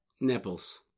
Nipples